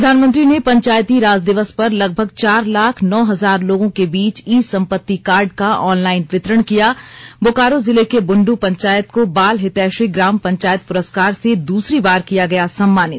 प्रधानमंत्री ने पंचायती राज दिवस पर लगभग चार लाख नौ हजार लोगों के बीच इ सम्पत्ति कार्ड का ऑनलाइन वितरण किया बोकारो जिले के बुंडू पंचायत को बाल हितैषी ग्राम पंचायत पुरस्कार से दूसरी बार किया गया सम्मानित